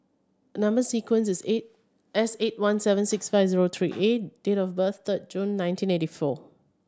number sequence is eight S eight one seven six five zero three A date of birth third June nineteen eighty four